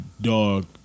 dog